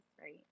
right